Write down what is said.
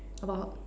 about